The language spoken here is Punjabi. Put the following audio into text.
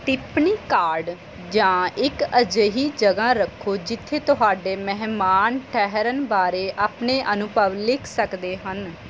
ਟਿੱਪਣੀ ਕਾਰਡ ਜਾਂ ਇੱਕ ਅਜਿਹੀ ਜਗ੍ਹਾ ਰੱਖੋ ਜਿੱਥੇ ਤੁਹਾਡੇ ਮਹਿਮਾਨ ਠਹਿਰਨ ਬਾਰੇ ਆਪਣੇ ਅਨੁਭਵ ਲਿਖ ਸਕਦੇ ਹਨ